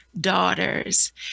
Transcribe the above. daughters